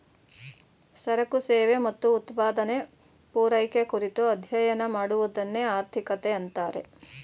ಸರಕು ಸೇವೆ ಮತ್ತು ಉತ್ಪಾದನೆ, ಪೂರೈಕೆ ಕುರಿತು ಅಧ್ಯಯನ ಮಾಡುವದನ್ನೆ ಆರ್ಥಿಕತೆ ಅಂತಾರೆ